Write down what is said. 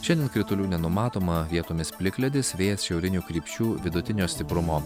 šiandien kritulių nenumatoma vietomis plikledis vėjas šiaurinių krypčių vidutinio stiprumo